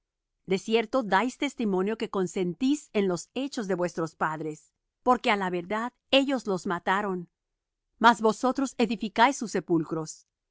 cierto dais testimonio que consentís en los hechos de vuestros padres porque á la verdad ellos los mataron mas vosotros edificáis sus sepulcros